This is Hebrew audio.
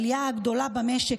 העלייה הגדולה במשק,